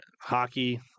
hockey